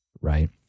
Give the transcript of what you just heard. right